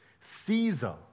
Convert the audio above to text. Caesar